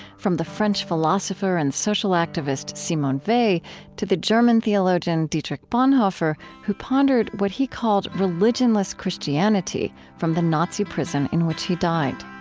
from the french philosopher and social activist simone weil to the german theologian dietrich bonhoeffer, who pondered what he called religionless christianity from the nazi prison in which he died